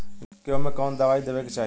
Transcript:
गेहूँ मे कवन दवाई देवे के चाही?